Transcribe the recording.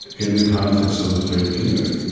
in the context of the faith community.